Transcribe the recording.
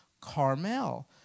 Carmel